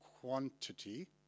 quantity